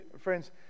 friends